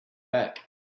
back